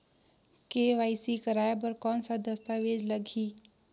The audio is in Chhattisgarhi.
के.वाई.सी कराय बर कौन का दस्तावेज लगही?